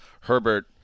Herbert